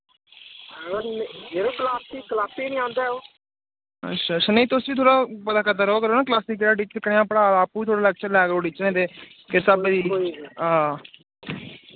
अच्छा अच्छा नेईं तुस बी थोह्ड़ा मता करदे रवा करो ना क्लास च केह्ड़ा टीचर कनेहा पढ़ा दा आप्पू बी थोह्ड़े लैक्चर लै करो टीचरें दे किस स्हाबे दी हां